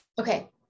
okay